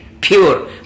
pure